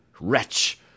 Wretch